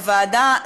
בוועדה,